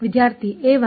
ವಿದ್ಯಾರ್ಥಿa1